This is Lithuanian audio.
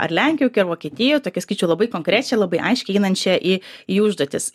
ar lenkijoj kokioj ar vokietijoj tokią sakyčiau labai konkrečią labai aiškiai įeinančią į į užduotis